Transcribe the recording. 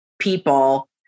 people